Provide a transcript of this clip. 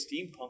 steampunk